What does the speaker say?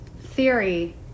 theory